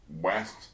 west